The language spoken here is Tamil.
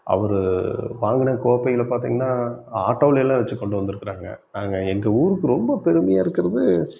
அவர் வாங்கின கோப்பைகளை பார்த்திங்கன்னா ஆட்டோவிலேலாம் வச்சு கொண்டு வந்துருக்கிறாங்க நாங்கள் எங்கள் ஊருக்கு ரொம்ப பெருமையாக இருக்கிறது